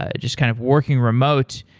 ah just kind of working remote,